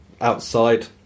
outside